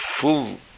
full